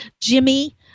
Jimmy